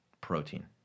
protein